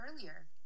earlier